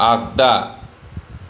आगदा